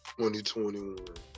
2021